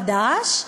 החדש,